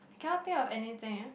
I cannot think of anything eh